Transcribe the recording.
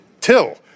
till